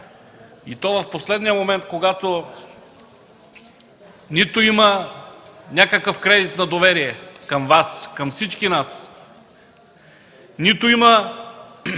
И то в последния момент, когато нито има някакъв кредит на доверие към Вас, към всички нас, нито има